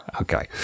Okay